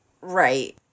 Right